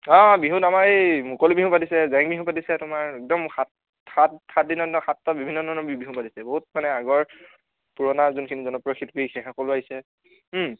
অঁ বিহুত আমাৰ এই মুকলি বিহু পাতিছে জেং বিহু পাতিছে একদম সাত সাতদিনৰ দিনা সাতটা বিভিন্ন ধৰণৰ বিহু পাতিছে বহুত মানে আগৰ পুৰণা যোনখিনি জনপ্ৰিয় শিল্পী সেইসকলো আহিছে